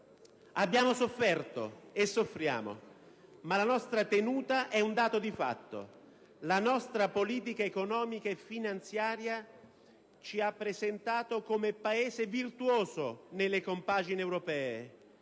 Abbiamo sofferto e soffriamo, ma la nostra tenuta è un dato di fatto. La nostra politica economica e finanziaria ci ha presentato come Paese virtuoso nelle compagini europee,